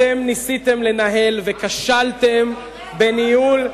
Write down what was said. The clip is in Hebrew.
אתם ניסיתם לנהל וכשלתם בניהול,